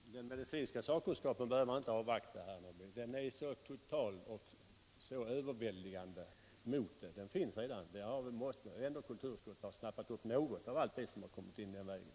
Fru talman! Den medicinska sakkunskapens inställning behöver man inte avvakta, herr Norrby. Den är redan klar och, den går totalt och överväldigande mot boxningen. Kulturutskottet måste väl ändå ha uppsnappat något av allt det som kommit fram den vägen.